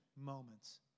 moments